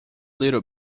little